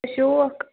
شوق